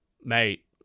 mate